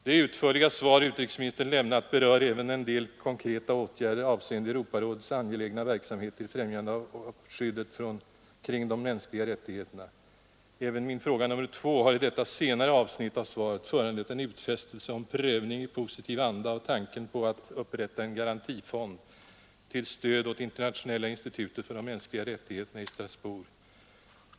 Det utförliga svar som utrikesministern lämnat berör även en del konkreta åtgärder avseende Europarådets angelägna verksamhet till främjande av skyddet omkring de mänskliga rättigheterna. Även min fråga nr 2 har med detta senare avsnitt av svaret föranlett en utfästelse om prövning i positiv anda av tanken på att upprätta en garantifond till stöd åt Internationella institutet för de mänskliga rättigheterna i Strasbourg.